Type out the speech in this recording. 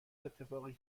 اتفاقی